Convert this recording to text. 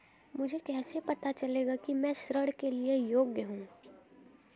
मुझे कैसे पता चलेगा कि मैं ऋण के लिए योग्य हूँ?